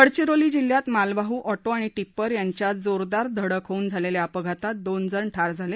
गडचिरोली जिल्ह्यात मालवाहू ऑटो आणि टिप्पर यांच्यात जोरदार धडक होऊन झालेल्या अपघातात दोन जण ठार झाले